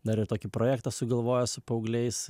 dar ir tokį projektą sugalvojęs su paaugliais